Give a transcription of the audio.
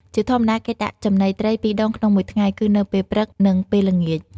ជាធម្មតា គេដាក់ចំណីត្រី ២ ដងក្នុងមួយថ្ងៃ គឺនៅពេលព្រឹក និងពេលល្ងាច។